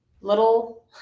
little